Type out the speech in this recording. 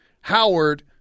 Howard